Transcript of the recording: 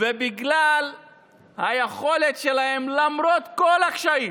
ובגלל היכולת שלהם, למרות כל הקשיים,